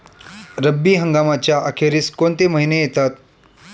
रब्बी हंगामाच्या अखेरीस कोणते महिने येतात?